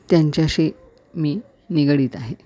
त्यांच्याशी मी निगडित आहे